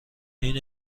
این